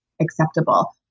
acceptable